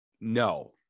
No